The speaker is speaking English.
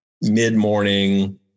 mid-morning